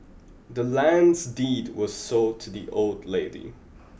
the land's deed was sold to the old lady